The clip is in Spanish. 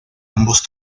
ambos